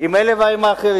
עם אלה ואחרים.